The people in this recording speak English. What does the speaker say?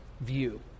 view